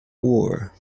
war